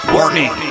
Warning